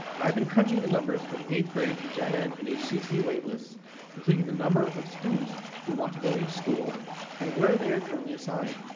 i have been crunching the numbers with eighth grade gen ed and hcc waitlist including the number of students who want to go to each school and where they are currently assigned.